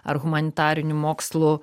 ar humanitarinių mokslų